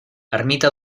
ermita